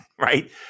right